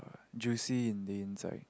juicy in the inside